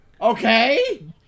Okay